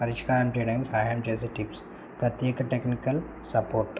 పరిష్కారం చెయ్యడానికి సహాయం చేసే టిప్స్ ప్రత్యేక టెక్నికల్ సపోర్ట్